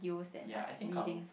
ya I think I'll